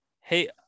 Hey